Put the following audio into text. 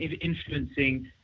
influencing